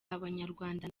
abanyarwanda